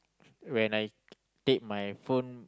when I take my phone